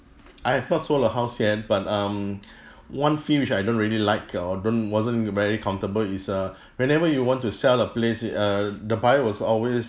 I've not sold a house yet but um one thing which I don't really like or don't wasn't very comfortable is uh whenever you want to sell a place uh the buyer was always